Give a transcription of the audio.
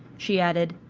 she added,